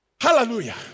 Hallelujah